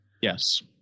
Yes